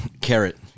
Carrot